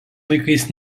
laikais